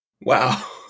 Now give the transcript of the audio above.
Wow